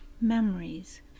memories